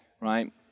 right